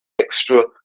extra